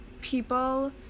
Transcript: people